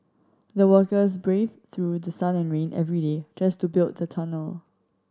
the workers braved through the sun and rain every day just to build the tunnel